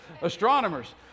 astronomers